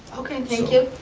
okay, thank you.